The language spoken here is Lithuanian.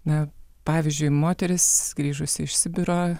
na pavyzdžiui moteris grįžusi iš sibiro